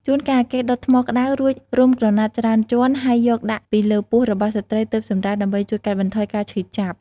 ជួនកាល គេដុតថ្មក្ដៅរួចរុំក្រណាត់ច្រើនជាន់ ហើយយកដាក់ពីលើពោះរបស់ស្ត្រីទើបសម្រាល ដើម្បីជួយកាត់បន្ថយការឈឺចាប់។